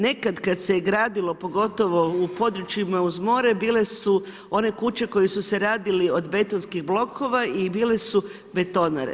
Nekad kad se i gradilo pogotovo u područjima uz more, bile su one kuće koje su se radile od betonskih blokova i bile su betonare.